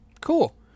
Cool